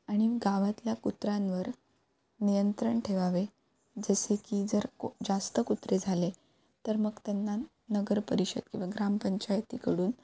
आणि गावातल्या कुत्र्यांवर नियंत्रण ठेवावे जसे की जर को जास्त कुत्रे झाले तर मग त्यांना नगर परिषद किंवा ग्रामपंचायतीकडून